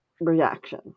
reaction